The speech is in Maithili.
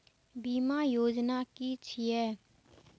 बीमा योजना कि छिऐ?